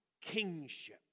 Kingship